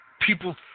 people